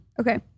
Okay